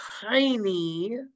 tiny